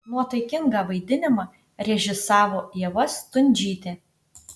nuotaikingą vaidinimą režisavo ieva stundžytė